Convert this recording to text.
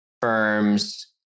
firms